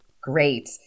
Great